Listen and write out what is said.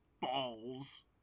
Balls